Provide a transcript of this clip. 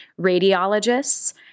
radiologists